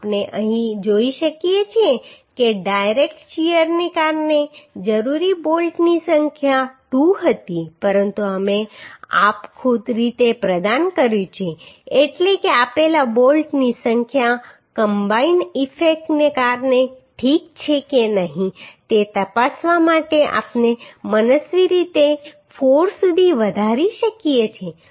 તો આપણે અહીં જોઈ શકીએ છીએ કે ડાયરેક્ટ શીયરને કારણે જરૂરી બોલ્ટની સંખ્યા 2 હતી પરંતુ અમે આપખુદ રીતે પ્રદાન કર્યું છે એટલે કે આપેલા બોલ્ટની સંખ્યા કમ્બાઈન ઈફેક્ટને કારણે ઠીક છે કે નહીં તે તપાસવા માટે આપણે મનસ્વી રીતે 4 સુધી વધારી શકીએ છીએ